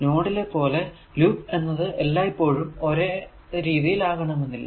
നോഡിലെ പോലെ ലൂപ്പ് എന്നത് എല്ലായ്പോഴും ഒരേ രീതിയിൽ ആകണമെന്നില്ല